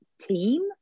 team